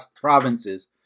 provinces